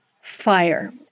fire